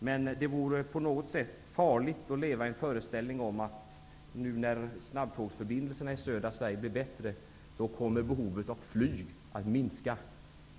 Men det vore på något sätt farligt att leva i föreställningen att behovet av flyg kommer att minska när snabbtågsförbindelserna i södra Sverige nu blir bättre.